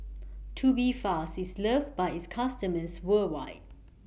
Tubifast IS loved By its customers worldwide